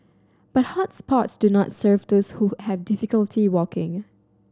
but hot spots do not serve those who have difficulty walking